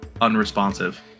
unresponsive